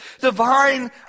divine